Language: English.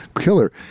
Killer